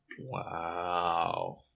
wow